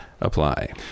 apply